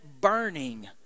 burning